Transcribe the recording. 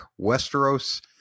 Westeros